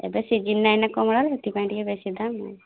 ଏବେ ସିଜନ୍ ନାହିଁ ନା କମଳାର ସେଥିପାଇଁ ଟିକିଏ ବେଶୀ ଦାମ୍